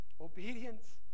Obedience